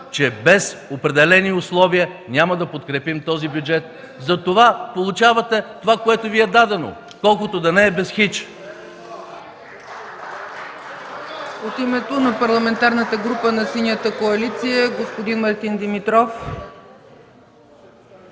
че без определени условия няма да подкрепим този бюджет. (Реплика от ГЕРБ.) Затова получавате това, което Ви е дадено – колкото да не е без хич.